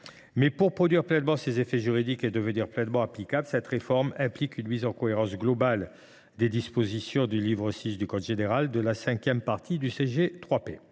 pour produire pleinement ses effets juridiques et devenir pleinement applicable, cette réforme impliquait une mise en cohérence globale des dispositions du livre VI de la cinquième partie du code